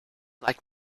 like